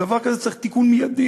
דבר כזה צריך תיקון מיידי,